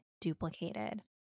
duplicated